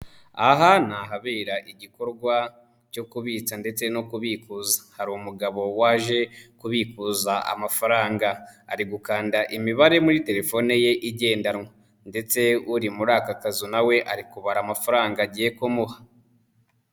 Aha ni ahabera igikorwa cyo kubitsa ndetse no kubikuza hari umugabo waje kubikuza amafaranga ari gukanda imibare muri telefone ye igendanwa ndetse uri muri aka kazu nawe ari kubara amafaranga agiye kumuha.